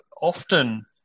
often